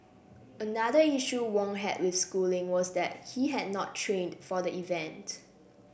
another issue Wong had with schooling was that he had not trained for the event